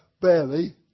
barely